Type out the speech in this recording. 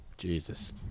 Jesus